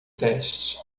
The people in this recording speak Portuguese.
teste